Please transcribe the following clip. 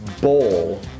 bowl